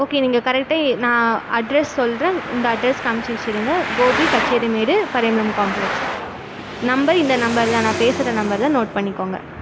okay நீங்கள் கரெக்டாக எ நான் அட்ரஸ் சொல்கிறேன் இந்த அட்ரஸ்க்கு அனும்ச்சி வெச்சுடுங்க கோபி கச்சேரிமேடு பழைய எம் எம் காம்ப்ளக்ஸ் நம்பர் இந்த நம்பரு தான் நான் பேசுகிற நம்பர் தான் நோட் பண்ணிக்கோங்க